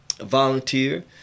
volunteer